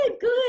good